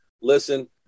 listen